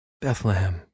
Bethlehem